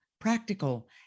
practical